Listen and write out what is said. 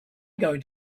going